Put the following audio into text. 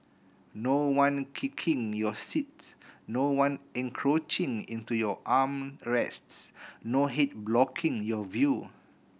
no one kicking your seats no one encroaching into your arm rests no head blocking your view